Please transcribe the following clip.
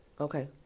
Okay